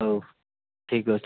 ହଉ ଠିକ୍ ଅଛି